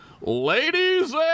Ladies